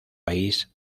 país